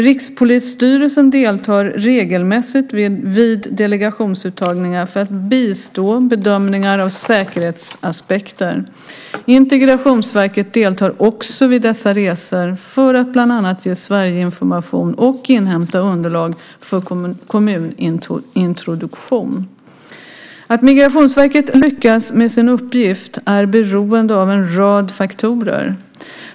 Rikspolisstyrelsen deltar regelmässigt vid delegationsuttagningar för att bistå med bedömningar av säkerhetsaspekter. Integrationsverket deltar också vid dessa resor, för att bland annat ge Sverigeinformation och inhämta underlag för kommunintroduktion. Att Migrationsverket lyckas med sin uppgift är beroende av en rad faktorer.